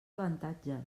avantatges